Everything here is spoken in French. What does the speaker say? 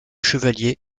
chevalier